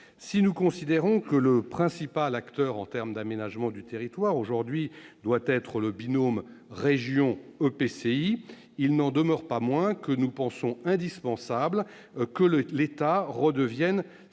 Si nous considérons que le principal acteur en matière d'aménagement du territoire doit être le binôme région-EPCI, il n'en demeure pas moins que nous pensons indispensable que l'État redevienne stratège,